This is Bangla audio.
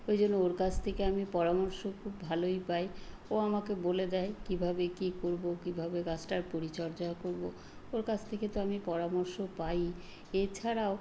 ওই জন্য ওর কাছ থেকে আমি পরামর্শ খুব ভালোই পাই ও আমাকে বলে দেয় কীভাবে কী করবো কীভাবে গাছটার পরিচর্যা করবো ওর কাছ থেকে তো আমি পরামর্শ পাইই এছাড়াও